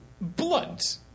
Blunt